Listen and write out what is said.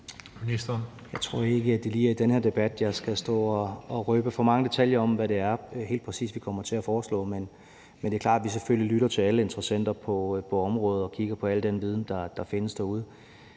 Jeg tror ikke, det lige er i den her debat, jeg skal stå og røbe for mange detaljer om, hvad det er, vi helt præcis kommer til at foreslå, men det er klart, at vi selvfølgelig lytter til alle interessenter på området og kigger på al den viden, der findes derude.